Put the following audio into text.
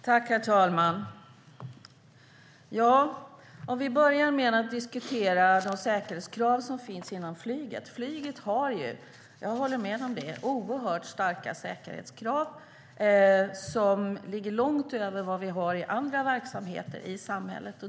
Herr talman! Vi kan börja med att diskutera de säkerhetskrav som finns inom flyget. Flyget har ju - jag håller med om det - oerhört starka säkerhetskrav som ligger långt över vad vi har i andra verksamheter i samhället.